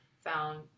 found